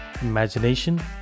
imagination